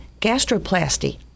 gastroplasty